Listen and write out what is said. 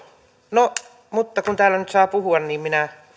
no mutta kun täällä nyt saa puhua niin minä